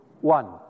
One